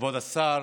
כבוד השר,